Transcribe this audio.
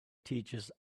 teaches